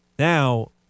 Now